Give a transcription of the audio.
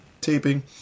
taping